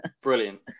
Brilliant